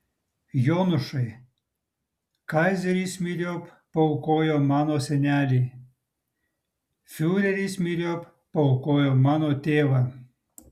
jonušai kaizeris myriop paaukojo mano senelį fiureris myriop paaukojo mano tėvą